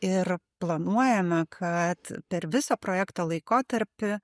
ir planuojame kad per visą projekto laikotarpį